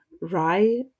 rye